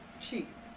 cheap